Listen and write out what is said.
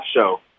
show